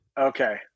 Okay